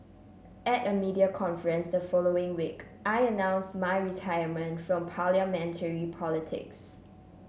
at a media conference the following week I announced my retirement from Parliamentary politics